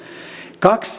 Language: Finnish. kaksi